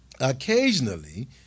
Occasionally